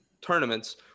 tournaments